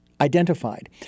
identified